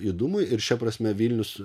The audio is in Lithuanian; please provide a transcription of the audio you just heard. judumui ir šia prasme vilnius